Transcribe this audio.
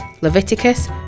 Leviticus